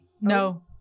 no